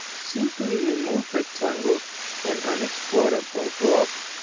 simply remove rectangle and un-explodable block.